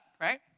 right